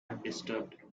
undisturbed